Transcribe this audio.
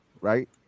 right